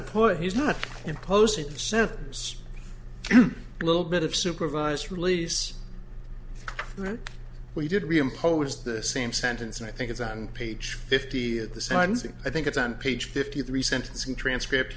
put he's not imposing sentence a little bit of supervised release we did we impose the same sentence and i think it's on page fifty at the sentencing i think it's on page fifty three sentencing transcript